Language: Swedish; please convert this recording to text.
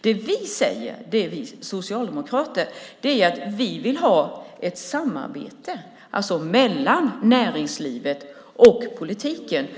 Det vi socialdemokrater säger är att vi vill ha ett samarbete, alltså mellan näringslivet och politiken.